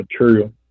material